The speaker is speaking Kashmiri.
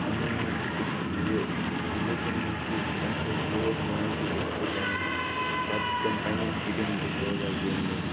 یِمَن منٛز چھِ تہِ یہِ لوٗکَن منٛز چھِ امہِ سۭتۍ جوش یِوان کہِ أسۍ تہِ گِنٛدٕہَو پَتہٕ چھِ تِم پنٛنٮ۪ن شُرٮ۪ن تہِ سوزان گِنٛدنہِ